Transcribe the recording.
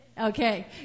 Okay